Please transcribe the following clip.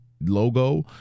logo